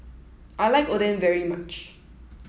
I like Oden very much